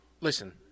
listen